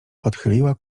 odchyliła